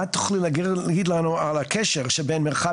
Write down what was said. מה תוכלי להגיד לנו על הקשר שבין מרחב